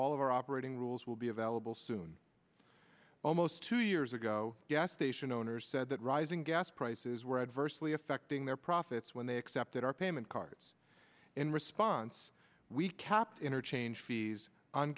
all of our operating rules will be available soon almost two years ago gas station owners said that rising gas prices were adversely affecting their profits when they accepted our payment cards in response we capped interchange fees on